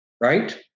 right